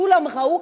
כולם ראו.